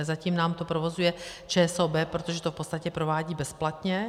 Zatím nám to provozuje ČSOB, protože to v podstatě provádí bezplatně.